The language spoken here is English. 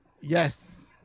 yes